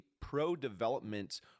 pro-development